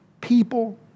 people